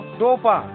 dopa